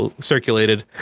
circulated